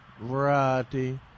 variety